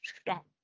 stop